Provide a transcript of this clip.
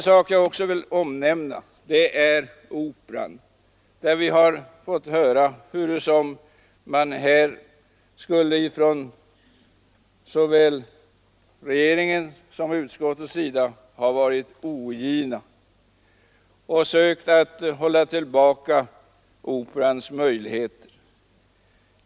I fråga om Operan har vi fått höra hur man från såväl regeringens som utskottets sida skulle ha varit ogin och sökt hålla tillbaka Operans möjligheter.